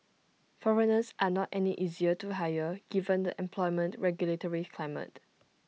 foreigners are not any easier to hire given the employment regulatory climate